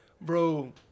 Bro